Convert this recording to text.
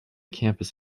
campus